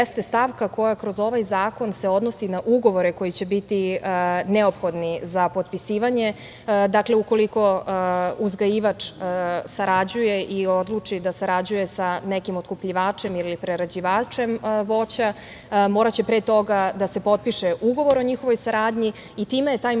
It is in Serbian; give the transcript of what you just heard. koja kroz ovaj zakon se odnosi na ugovore koji će biti neophodni za potpisivanje. Dakle, ukoliko uzgajivač sarađuje i odluči da sarađuje sa nekim otkupljivačem ili prerađivačem voća, moraće pre toga da se potpiše ugovor o njihovoj saradnji i time je taj mali